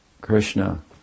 Krishna